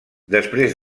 després